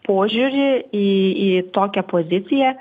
požiūrį į į tokią poziciją